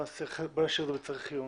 בואו נשאיר את זה בצריך עיון.